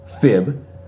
fib